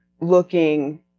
looking